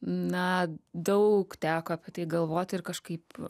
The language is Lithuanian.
na daug teko apie tai galvot ir kažkaip